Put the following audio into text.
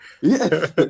Yes